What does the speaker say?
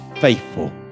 faithful